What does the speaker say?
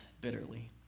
bitterly